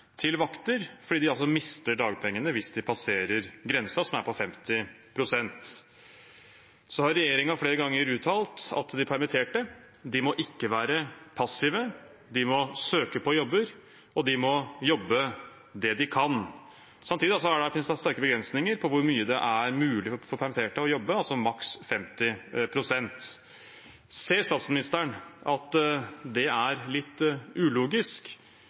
til vakter, fordi de altså mister dagpengene hvis de passerer grensen, som er på 50 pst. Regjeringen har flere ganger uttalt at de permitterte ikke må være passive, de må søke på jobber, og de må jobbe det de kan. Samtidig er det satt sterke begrensninger på hvor mye det er mulig for permitterte å jobbe – altså maks 50 pst. Ser statsministeren at det er litt ulogisk,